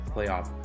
Playoff